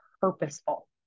purposeful